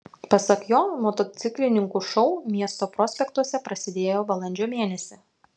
pasak jo motociklininkų šou miesto prospektuose prasidėjo balandžio mėnesį